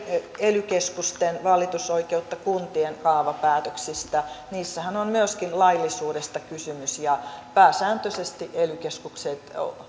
ely keskusten valitusoikeutta kuntien kaavapäätöksistä niissähän on myöskin laillisuudesta kysymys pääsääntöisesti